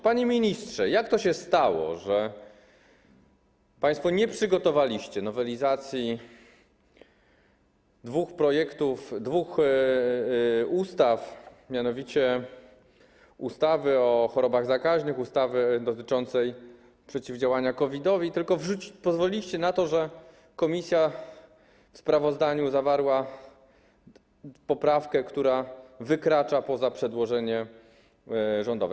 Panie ministrze, jak to się stało, że państwo nie przygotowaliście nowelizacji dwóch projektów, dwóch ustaw, mianowicie ustawy o chorobach zakaźnych, ustawy dotyczącej przeciwdziałania COVID-owi, tylko pozwoliliście na to, żeby komisja w sprawozdaniu zawarła poprawkę, która wykracza poza przedłożenie rządowe?